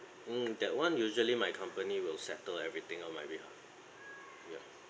mm that [one] usually my company will settle everything on my behalf ya